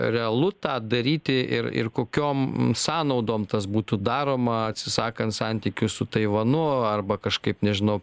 realu tą daryti ir ir kokiom m sąnaudom tas būtų daroma atsisakant santykių su taivanu arba kažkaip nežinau